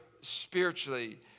spiritually